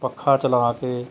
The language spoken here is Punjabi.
ਪੱਖਾ ਚਲਾ ਕੇ